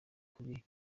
kubi